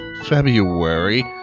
February